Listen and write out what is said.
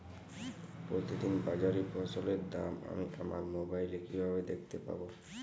প্রতিদিন বাজারে ফসলের দাম আমি আমার মোবাইলে কিভাবে দেখতে পাব?